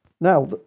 Now